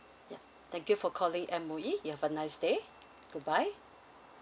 ya thank you for calling M_O_E you have a nice day goodbye